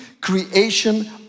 creation